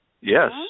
Yes